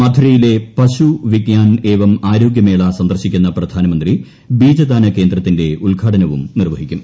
മഥുരയിലെ പശു വിഗ്യാൻ ഏവം ആരോഗ്യമേള സന്ദർശിക്കുന്ന പ്രധാനമന്ത്രി ബീജദാന ക്യേന്ദ്രത്തിന്റെ ഉദ്ഘാടനവും നിർവ്വഹിക്കും